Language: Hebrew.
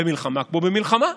במלחמה כמו במלחמה,